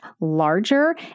larger